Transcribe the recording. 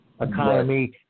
economy